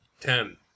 Ten